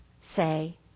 say